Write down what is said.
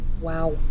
Wow